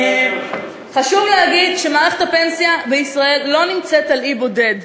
חשוב להגיד שמערכת הפנסיה בישראל לא נמצאת על אי בודד,